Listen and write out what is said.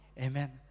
Amen